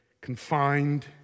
confined